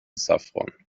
saffron